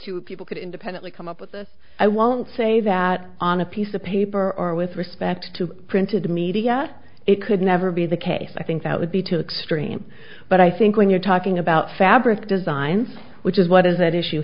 two people could independently come up with this i won't say that on a piece of paper or with respect to printed media it could never be the case i think that would be to extreme but i think when you're talking about fabric designs which is what is at issue